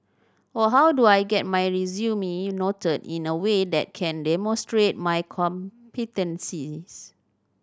or how do I get my resume noted in a way that can demonstrate my competencies